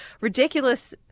ridiculous